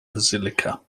basilica